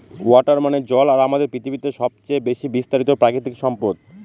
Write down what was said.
water মানে জল আর আমাদের পৃথিবীতে সবচেয়ে বেশি বিস্তারিত প্রাকৃতিক সম্পদ